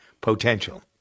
potential